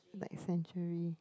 like century